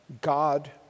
God